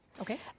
Okay